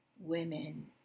women